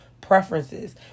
preferences